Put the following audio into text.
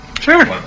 Sure